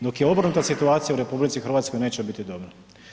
Dok je obrnuta situacija u RH neće biti dobro.